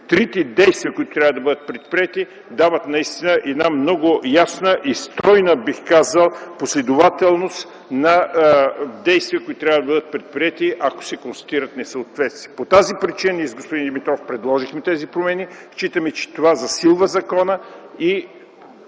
трите действия, които трябва да бъдат предприети, дават наистина една много ясна и стройна, бих казал, последователност на действията, които трябва да бъдат предприети, ако се констатират несъответствия. По тази причина ние с господин Димитров предложихме тези промени. Считаме, че това засилва закона и